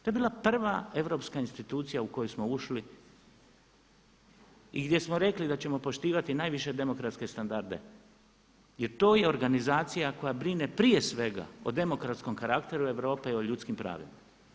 To je bila prva europska institucija u koju smo ušli i gdje smo rekli da ćemo poštivati najviše demokratske standarde jer to je organizacija koja brine prije svega o demokratskom karakteru Europe i o ljudskim pravima.